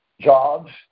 jobs